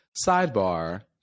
Sidebar